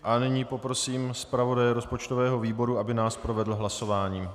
A nyní poprosím zpravodaje rozpočtového výboru, aby nás provedl hlasováním.